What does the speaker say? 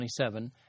27